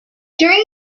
during